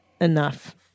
enough